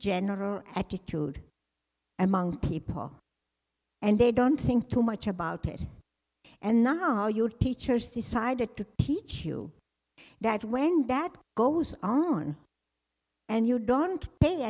general attitude among people and they don't think too much about it and not your teachers the cider to teach you that when that goes on and you don't pay